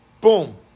Boom